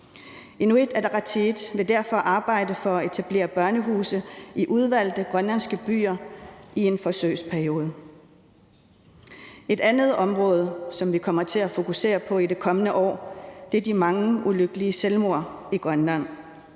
Inuit Ataqatigiit vil derfor arbejde for at etablere børnehuse i udvalgte grønlandske byer i en forsøgsperiode. Kl. 20:15 Et andet område, som vi kommer til at fokusere på i det kommende år, er de mange ulykkelige selvmord i Grønland.